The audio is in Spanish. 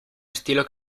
estilo